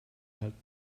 halten